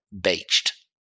beached